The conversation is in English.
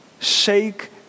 shake